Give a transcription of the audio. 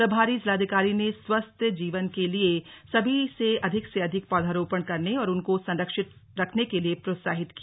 प्रभारी जिलाधिकारी ने स्वस्थ जीवन के लिए सभी से अधिक से अधिक पौधरोपण करने और उनको संरक्षित रखने के लिए प्रोत्साहित किया